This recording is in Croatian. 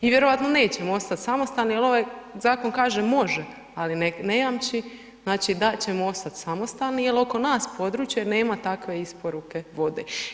I vjerojatno nećemo ostati samostalni jer ovaj zakon kaže može, ali ne jamči da ćemo ostat samostalni jer oko nas područje nema takve isporuke vode.